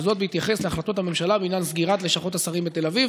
וזאת בהתייחס להחלטות הממשלה בעניין סגירת לשכות השרים בתל אביב.